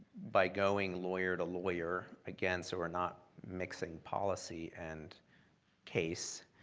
by going lawyer to lawyer, again, so we're not mixing policy and case,